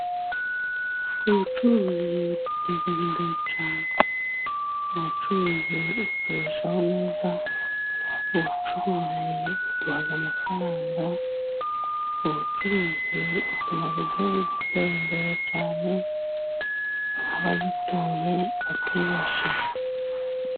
Ubucuruzi buteza imbere cyane, ubucuruzi butubeshaho neza, ubucuruzi buduha amafaranga, ubucuruzi butuma igihugu gitera imbere cyane, abagituye bakibeshaho.